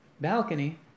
balcony